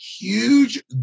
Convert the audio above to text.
huge